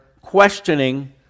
questioning